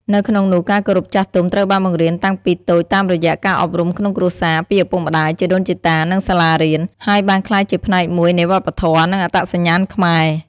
នៅក្នុងនោះការគោរពចាស់ទុំត្រូវបានបង្រៀនតាំងពីតូចតាមរយៈការអប់រំក្នុងគ្រួសារ ពីឪពុកម្ដាយ ជីដូនជីតា និងសាលារៀន ហើយបានក្លាយជាផ្នែកមួយនៃវប្បធម៌ និងអត្តសញ្ញាណខ្មែរ។